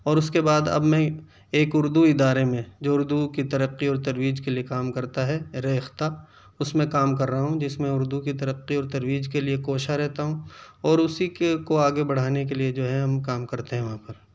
اور اس کے بعد اب میں ایک اردو ادارے میں جو اردو کی ترقی اور ترویج کے لیے کام کرتا ہے ریختہ اس میں کام کر رہا ہوں جس میں اردو کی ترقی اور ترویج کے لیے کوشاں رہتا ہوں اور اسی کے کو آگے بڑھانے کے لیے جو ہے ہم کام کرتے ہیں وہاں پر